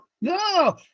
No